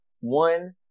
One